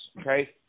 okay